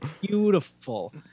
Beautiful